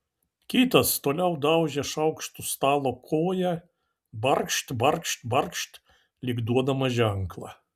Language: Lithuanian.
kitas toliau daužė šaukštu stalo koją barkšt barkšt barkšt lyg duodamas ženklą